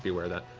be aware of that.